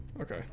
Okay